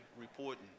reporting